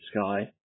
sky